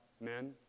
men